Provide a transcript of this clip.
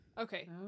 Okay